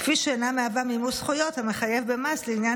כפי שאינה מהווה מימוש זכויות המחייב במס לעניין